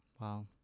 Wow